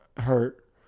hurt